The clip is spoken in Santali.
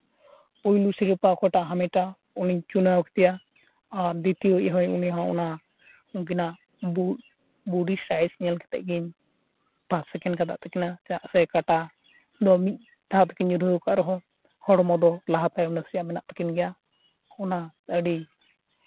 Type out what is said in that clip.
ᱯᱩᱭᱞᱳ ᱥᱤᱨᱯᱟᱹ ᱚᱠᱚᱭᱴᱟᱜ ᱦᱟᱢᱮᱴᱟ ᱩᱱᱤᱧ ᱪᱩᱱᱟᱹᱣ ᱠᱮᱫᱮᱭᱟ ᱟᱨ ᱫᱤᱛᱤᱭᱚᱭᱤᱡ ᱦᱚᱸ ᱩᱱᱤ ᱦᱚᱸᱭ ᱚᱱᱟ ᱩᱝᱠᱤᱱᱟᱜ ᱫᱩᱲᱩᱵ ᱵᱚᱰᱤ ᱥᱟᱭᱤᱡᱽ ᱧᱮᱞ ᱠᱟᱛᱮ ᱜᱮᱧ ᱯᱷᱟᱥ ᱥᱮᱠᱮᱱ ᱠᱟᱫ ᱛᱟᱹᱠᱤᱱᱟ ᱪᱮᱫᱟᱜ ᱥᱮ ᱠᱟᱴᱟ ᱫᱚ ᱢᱤᱫ ᱫᱷᱟᱣ ᱛᱮᱠᱤᱱ ᱧᱩᱨᱦᱩᱣᱟᱠᱟᱫ ᱨᱮᱦᱚᱸ ᱦᱚᱲᱢᱚ ᱫᱚ ᱞᱟᱦᱟ ᱛᱟᱭᱚᱢ ᱱᱟᱥᱮᱭᱟᱜ ᱢᱮᱱᱟᱜ ᱛᱟᱹᱠᱤᱱ ᱜᱮᱭᱟ ᱚᱱᱟ ᱟᱹᱰᱤ